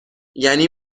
یعنی